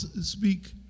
speak